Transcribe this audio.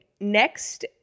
next